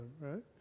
right